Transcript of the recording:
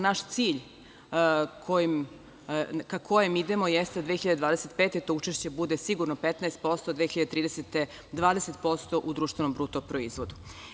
Naš cilj ka kojem idemo jeste da 2025. godine to učešće bude sigurno 15%, 2030. godine 20% u društveno bruto proizvodu.